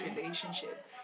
relationship